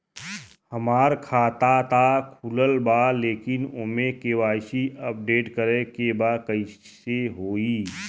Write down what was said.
हमार खाता ता खुलल बा लेकिन ओमे के.वाइ.सी अपडेट करे के बा कइसे होई?